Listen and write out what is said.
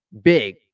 big